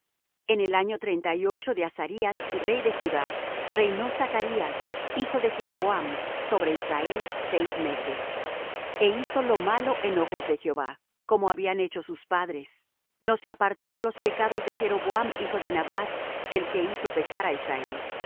en el año treinta y ocho de azarías rey de judá reinó zachrías hijo de jeroboam sobre israel seis meses e hizo lo malo en ojos de jehová como habían hecho sus padres no se apartó de los pecados de jeroboam hijo de nabat el que hizo pecar á israel